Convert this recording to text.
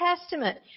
Testament